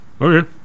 okay